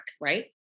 right